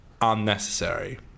unnecessary